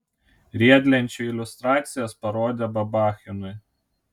riedlenčių iliustracijas parodė babachinui